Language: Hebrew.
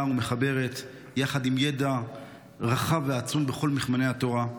ומחברת יחד עם ידע רחב ועצום בכל מכמני התורה.